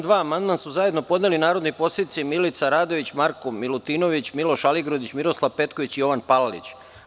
Na član 2. amandman su zajedno podneli narodni poslanici Milica Radović, Marko Milutinović, Miloš Aligrudić, Miroslav Petković i Jovan Palalić.